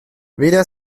weder